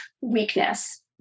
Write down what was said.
weakness